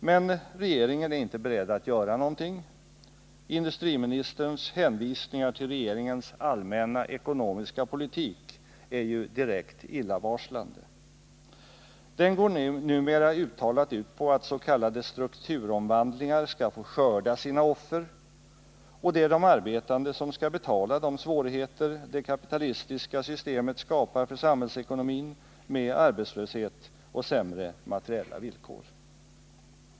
Men regeringen är inte beredd att göra något. Industriministerns hänvisningar till regeringens ”allmänna ekonomiska politik” är ju direkt illavarslande. Den går numera uttalat ut på att s.k. strukturomvandlingar skall få skörda sina offer, och det är de arbetande som skall betala de svårigheter det kapitalistiska systemet skapar för samhällsekonomin med arbetslöshet och sämre materiella villkor.